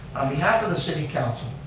on behalf of the city council,